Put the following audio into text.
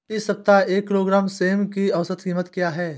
इस सप्ताह एक किलोग्राम सेम की औसत कीमत क्या है?